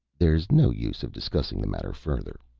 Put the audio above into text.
there is no use of discussing the matter further,